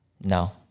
No